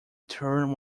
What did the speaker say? turn